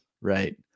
right